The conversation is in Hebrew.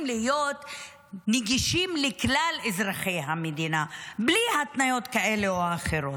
להיות נגישים לכלל אזרחי המדינה בלי התניות כאלה או אחרות.